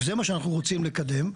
זה מה שאנחנו רוצים לקדם,